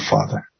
Father